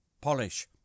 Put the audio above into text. polish